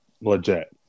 legit